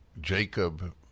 Jacob